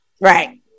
Right